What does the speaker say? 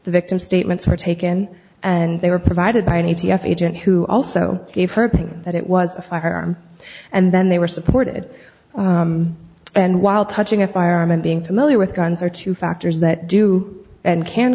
the victim statements were taken and they were provided by an a t f agent who also gave her that it was a firearm and then they were supported and while touching a firearm and being familiar with guns are two factors that do and can